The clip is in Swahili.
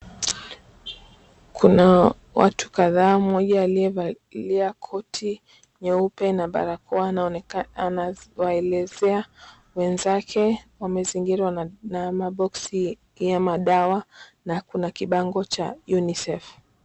Kuna watu kadha, mmoja aliyevalia koti nyeupe na barakoa anawaelezea wenzake. Wamezingirwa na maboxi ya madawa na kuna kibango cha UNICEF.